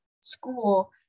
school